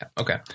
Okay